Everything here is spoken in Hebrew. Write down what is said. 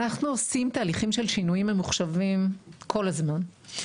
אנחנו עושים תהליכים של שינויים ממוחשבים כל הזמן,